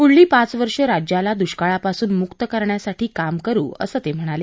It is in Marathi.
पुढली पाच वर्ष राज्याला दुष्काळापासून मुक्त करण्यासाठी काम करु असं ते म्हणाले